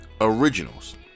originals